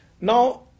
Now